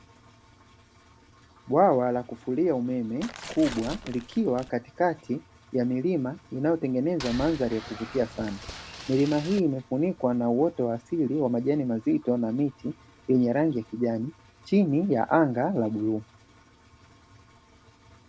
Bwawa la kufulia umeme kubwa likiwa katikati ya milima inayotengeneza mandhari ya kuvutia sana. Milima hii imefunikwa na uoto wa asili wa majani mazito na miti yenye rangi ya kijani chini ya anga la bluu.